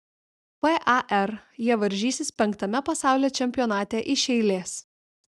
par jie varžysis penktame pasaulio čempionate iš eilės